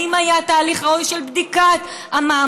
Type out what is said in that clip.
האם היה תהליך ראוי של בדיקת המעמד?